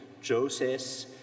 Joseph